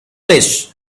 place